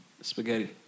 Spaghetti